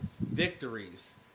victories